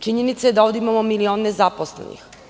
Činjenica je da imamo milion nezaposlenih.